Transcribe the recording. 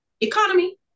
economy